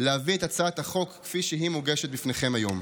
להביא את הצעת החוק כפי שהיא מוגשת בפניכם היום.